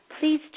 please